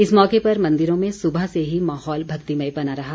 इस मौके पर मंदिरों में सुबह से ही माहौल भक्तिमय बना रहा